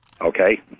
Okay